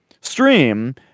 stream